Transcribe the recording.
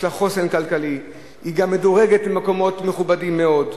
יש לה חוסן כלכלי; היא גם מדורגת במקומות מכובדים מאוד,